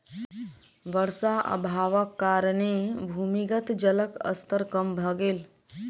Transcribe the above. वर्षा अभावक कारणेँ भूमिगत जलक स्तर कम भ गेल